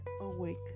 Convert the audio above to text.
awake